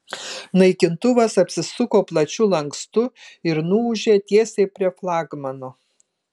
naikintuvas apsisuko plačiu lankstu ir nuūžė tiesiai prie flagmano